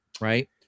right